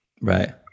Right